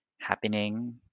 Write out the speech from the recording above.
happening